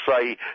say